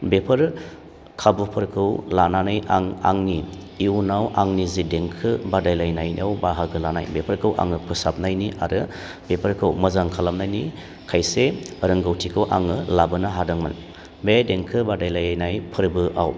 बेफोरो खाबुफोरखौ लानानै आं आंनि इयुनाव आंनि जे देंखो बादायलायनायाव बाहागो लानाय बेफोरखौ आङो फोसाबनायनि आरो बेफोरखौ मोजां खालामनायनि खायसे रोंगौथिखौ आङो लाबोनो हादोंमोन बे देंखो बादायलायनाय फोरबोआव